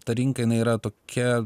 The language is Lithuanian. ta rinka jinai yra tokia